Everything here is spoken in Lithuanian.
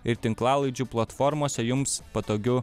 ir tinklalaidžių platformose jums patogiu